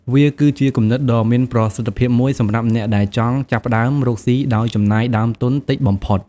វាគឺជាគំនិតដ៏មានប្រសិទ្ធភាពមួយសម្រាប់អ្នកដែលចង់ចាប់ផ្តើមរកស៊ីដោយចំណាយដើមទុនតិចបំផុត។